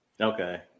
Okay